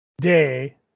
day